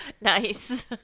Nice